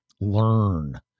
Learn